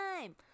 time